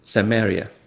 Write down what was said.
Samaria